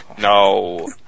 no